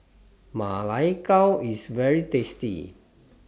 Ma Lai Gao IS very tasty